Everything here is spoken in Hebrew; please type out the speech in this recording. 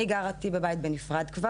אני כבר גרתי בבית בנפרד.